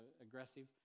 aggressive